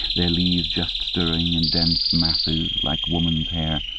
their leaves just stirring in dense masses like women's hair.